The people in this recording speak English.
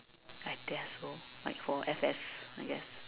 like they are so like for F_S I guess